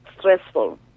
stressful